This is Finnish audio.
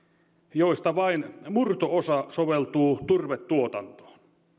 joista vain murto osa soveltuu turvetuotantoon